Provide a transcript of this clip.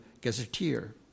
gazetteer